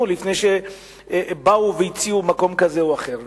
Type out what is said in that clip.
לפני שבאו והציעו מקום כזה או אחר.